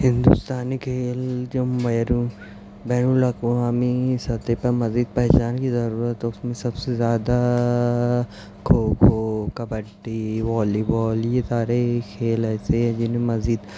ہندوستانی کھیل جو بین الاقوامی سطح پر مزید پہچان کی ضرورت ہے اس میں سب سے زیادہ کھوکھو کبڈی والی بال یہ سارے کھیل ایسے ہیں جن میں مزید